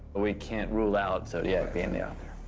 we can't rule out zodiac being the ah